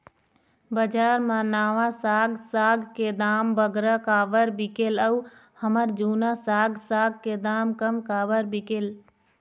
बजार मा नावा साग साग के दाम बगरा काबर बिकेल अऊ हमर जूना साग साग के दाम कम काबर बिकेल?